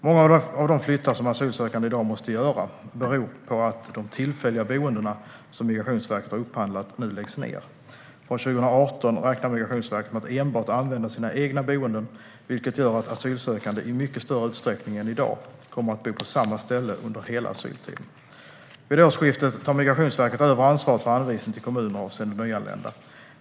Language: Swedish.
Många av de flyttar som asylsökande i dag måste göra beror på att de tillfälliga boenden som Migrationsverket har upphandlat nu läggs ned. Från 2018 räknar Migrationsverket med att enbart använda sina egna boenden, vilket gör att asylsökande i mycket större utsträckning än i dag kommer att bo på samma ställe under hela asyltiden. Vid årsskiftet tar Migrationsverket över ansvaret för anvisning till kommuner avseende nyanlända.